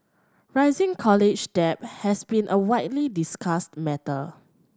rising college debt has been a widely discussed matter